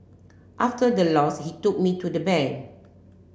after the loss he took me to the bank